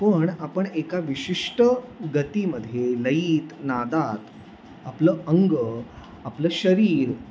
पण आपण एका विशिष्ट गतीमध्ये लयीत नादात आपलं अंग आपलं शरीर